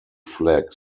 flag